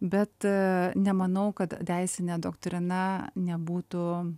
bet nemanau kad teisinė doktrina nebūtų